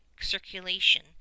circulation